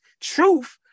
Truth